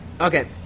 Okay